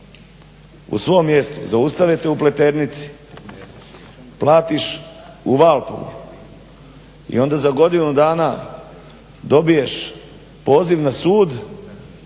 u svom mjestu, zaustave te u Pleternici, platiš u Valpovu i onda za godinu dana dobiješ poziv na sud